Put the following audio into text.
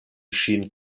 ŝin